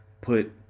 put